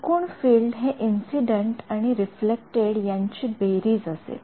एकूण फील्ड हे इंसिडेंट आणि रिफ्लेक्टड यांची बेरीज असेल